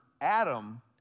Adam